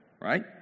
right